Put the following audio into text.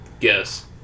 Yes